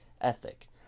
ethic